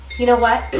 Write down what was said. you know what?